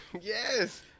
yes